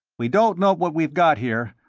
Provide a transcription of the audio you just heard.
we don't know what we've got here,